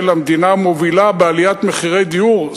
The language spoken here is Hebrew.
היא המדינה המובילה בעליית מחירי הדיור,